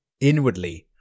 Inwardly